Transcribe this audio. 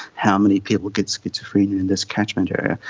how many people get schizophrenia in this catchment area.